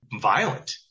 violent